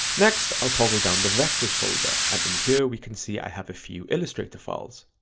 next i'll toggle down the vectors folder and in here we can see i have a few illustrator files.